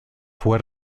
fue